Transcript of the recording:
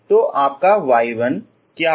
तो आपका y1 क्या है